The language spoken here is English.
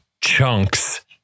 chunks